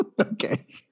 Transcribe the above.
Okay